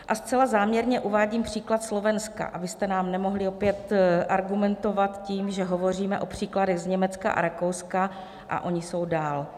A zcela záměrně uvádím příklad Slovenska, abyste nám nemohli opět argumentovat tím, že hovoříme o příkladech z Německa a Rakouska a oni jsou dál.